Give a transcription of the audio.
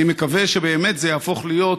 אני מקווה שזה יהפוך להיות,